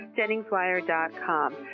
JenningsWire.com